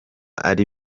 ari